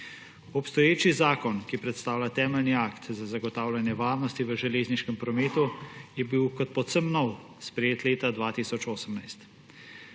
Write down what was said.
Obstoječi zakon, ki predstavlja temeljni akt za zagotavljanje varnosti v železniškem prometu, je bil kot povsem nov sprejet leta 2018.